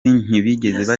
ntibigeze